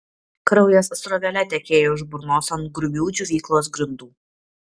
kraujas srovele tekėjo iš burnos ant grubių džiovyklos grindų